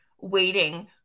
waiting